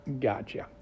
Gotcha